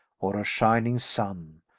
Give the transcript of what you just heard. or a shining sun,